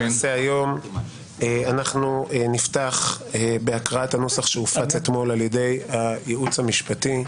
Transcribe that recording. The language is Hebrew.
אנחנו נפתח בהקראת הנוסח שהופץ אתמול על-ידי הייעוץ המשפטי.